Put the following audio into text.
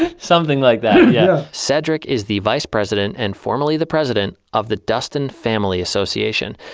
ah something like that, yeah cedrick is the vice president and formerly the president of the duston family association.